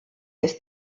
ist